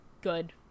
Good